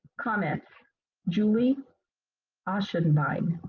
comment julie ochsenbein.